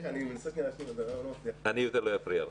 אני יותר לא אפריע לך.